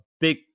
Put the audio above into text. Big